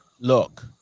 look